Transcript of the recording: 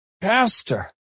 pastor